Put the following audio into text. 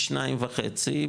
פי שניים וחצי,